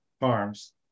farms